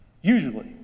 Usually